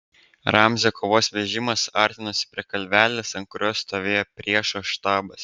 ramzio kovos vežimas artinosi prie kalvelės ant kurios stovėjo priešo štabas